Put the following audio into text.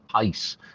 pace